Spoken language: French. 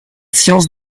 sciences